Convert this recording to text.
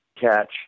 catch